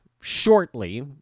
shortly